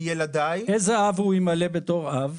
איזה אב הוא ימלא בתור אב?